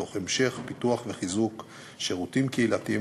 תוך המשך פיתוח וחיזוק של שירותים קהילתיים